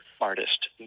artist